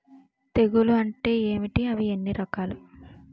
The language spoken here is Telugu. తెగులు అంటే ఏంటి అవి ఎన్ని రకాలు?